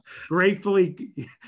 gratefully